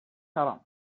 كرم